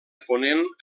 ponent